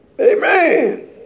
Amen